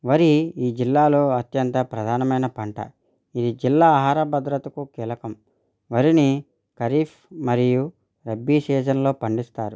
వరి ఈ జిల్లాలో అత్యంత ప్రధానమైన పంట ఇది జిల్లా ఆహార భద్రతకు కీలకం వరిని ఖరీఫ్ మరియు రబ్బీ సీజన్లో పండిస్తారు